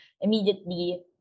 immediately